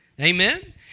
Amen